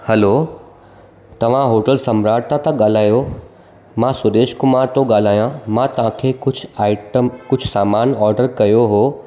हलो तव्हां होटल सम्राट तां था ॻाल्हायो मां सुदेश कुमार थो ॻाल्हायां मां तव्हां खे कुझु आइटम कुझु सामानु ऑडर कयो हो